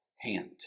hand